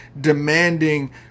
demanding